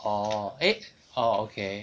orh eh orh okay